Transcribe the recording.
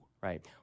Right